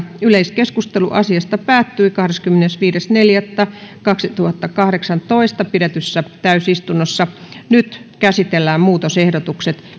yleiskeskustelu asiasta päättyi kahdeskymmenesviides neljättä kaksituhattakahdeksantoista pidetyssä täysistunnossa nyt käsitellään muutosehdotukset